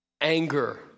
anger